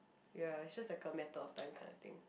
ya it's just like a matter of time kinda thing